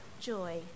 joy